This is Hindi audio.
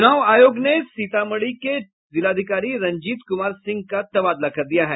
चुनाव आयोग ने सीतामढ़ी के जिलाधिकारी रंजीत कुमार सिंह का तबादला कर दिया है